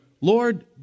Lord